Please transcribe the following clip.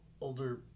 older